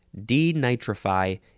denitrify